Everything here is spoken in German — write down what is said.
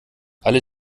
alle